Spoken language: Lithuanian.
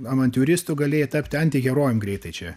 avantiūristu galėjai tapti antiherojum greitai čia